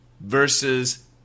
versus